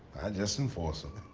just enforce them.